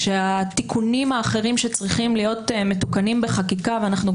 התיקונים האחרים שצריכים להיות מתוקנים בחקיקה שגם